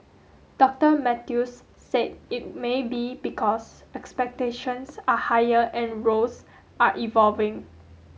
Doctor Mathews said it may be because expectations are higher and roles are evolving